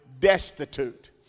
destitute